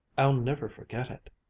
i'll never forget it.